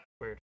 weird